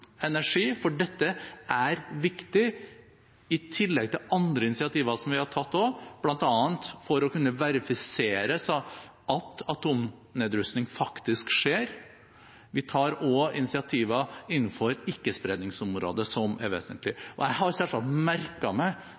energi, for dette er viktig, i tillegg til andre initiativ som vi også har tatt, bl.a. for å kunne verifisere at atomnedrustning faktisk skjer. Vi tar også initiativer innenfor ikkespredningsområdet som er vesentlige. Jeg har selvsagt merket meg det komiteens medlemmer har sagt, jeg merker meg